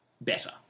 better